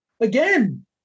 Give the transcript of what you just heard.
Again